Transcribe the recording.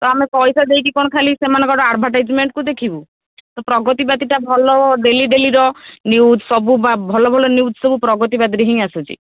ତ ଆମେ ପଇସା ଦେଇକି କ'ଣ ଖାଲି ସେମାନଙ୍କର ଆଡ଼ଭଟାଇଜମେଣ୍ଟକୁ ଦେଖିବୁ ପ୍ରଗଦିବାଦୀଟା ଭଲ ଡେଲି ଡେଲିର ନିୟୁଜ୍ ସବୁ ବା ଭଲ ଭଲ ନିୟୁଜ୍ ସବୁ ପ୍ରଗଦିବାଦୀରେ ହିଁ ଆସୁଛି